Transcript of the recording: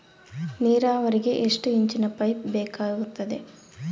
ನೇರಾವರಿಗೆ ಎಷ್ಟು ಇಂಚಿನ ಪೈಪ್ ಬೇಕಾಗುತ್ತದೆ?